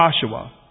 Joshua